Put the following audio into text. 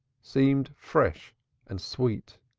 seemed fresh and sweet.